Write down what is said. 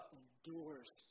endures